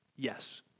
Yes